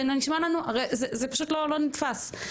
זה פשוט לא נתפס.